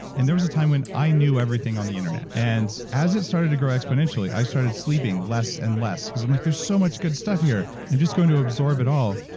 and there was a time where i knew everything on the internet. and as it started to grow exponentially, i started sleeping less and less because i'm like there's so much good stuff here. i'm just going to absorb it all.